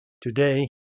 today